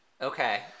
Okay